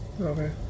Okay